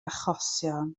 achosion